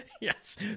Yes